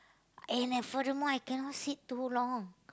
and I furthermore I cannot sit too long